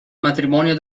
matrimonio